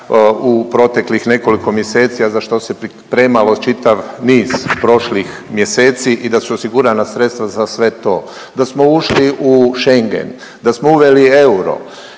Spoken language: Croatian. u proteklih nekoliko mjeseci, a za što se pripremalo čitav niz prošlih mjeseci i da su osigurana sredstva za sve to, da smo uči u Schengen, da smo uveli euro